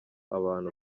abantu